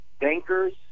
bankers